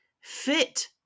fit